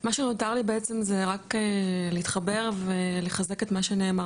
מה שנותר לי זה בעצם רק להתחבר ולחזק את מה שנאמר